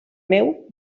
meu